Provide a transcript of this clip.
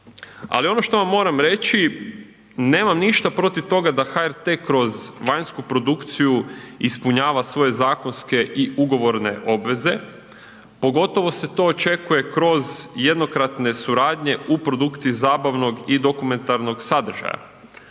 Ali ono što vam moram reći, nemam ništa protiv toga da HRT kroz vanjsku produkciju ispunjava svoje zakonske i ugovorne obveze, pogotovo se to očekuje kroz jednokratne suradnje u produkciji zabavnog i dokumentarnog sadržaja.